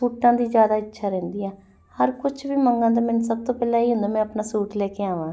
ਸੂਟਾਂ ਦੀ ਜ਼ਿਆਦਾ ਇੱਛਾ ਰਹਿੰਦੀ ਆ ਹਰ ਕੁਛ ਵੀ ਮੰਗਣ ਦਾ ਮੈਨੂੰ ਸਭ ਤੋਂ ਪਹਿਲਾਂ ਇਹ ਹੀ ਹੁੰਦਾ ਮੈਂ ਆਪਣਾ ਸੂਟ ਲੈ ਕੇ ਆਵਾਂ